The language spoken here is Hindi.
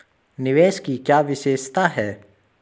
निवेश की क्या विशेषता है?